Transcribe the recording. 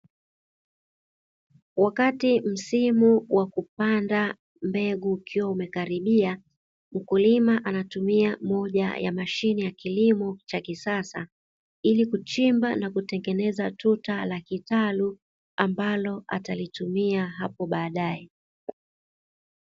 Wakati msimu wa kupanda mbegu ukiwa umekaribia, mkulima anatumia moja ya mashine ya kilimo cha kisasa ili kuchimba na kutengeneza tuta la kitalu ambalo atalitumia hapo baadae.